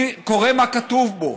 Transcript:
אני קורא מה כתוב פה.